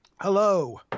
Hello